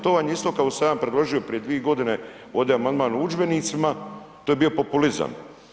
To vam je isto kao što sam ja predložio prije 2 godine ovdje amandman o udžbenicima to je bio populizam.